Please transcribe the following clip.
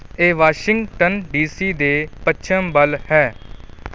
ਇਹ Washington D C ਦੇ ਪੱਛਮ ਵੱਲ ਹੈ